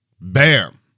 Bam